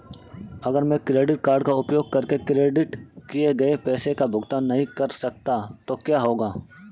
अगर मैं credit card का उपयोग करके क्रेडिट किए गए पैसे का भुगतान नहीं कर सकता तो क्या होगा?